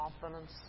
confidence